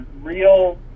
real